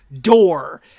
door